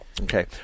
Okay